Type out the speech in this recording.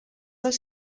dels